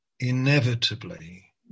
Inevitably